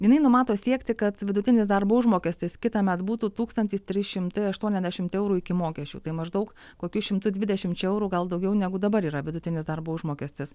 jinai numato siekti kad vidutinis darbo užmokestis kitąmet būtų tūkstantis trys šimtai aštuoniasdešimt eurų iki mokesčių tai maždaug kokiu šimtu dvidešimčia eurų gal daugiau negu dabar yra vidutinis darbo užmokestis